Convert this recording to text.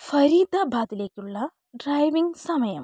ഫരിദാബാദിലേക്കുള്ള driving സമയം